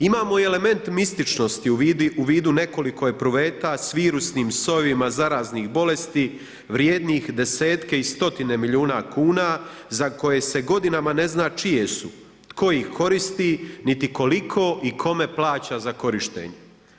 Imamo i element mističnosti u vidu nekoliko epruveta s virusnim sojevima zaraznih bolesti vrijednih desetke i stotine milijuna kuna za koje se godinama ne zna čije su, tko ih koristi, niti koliko i kome plaća za korištenje.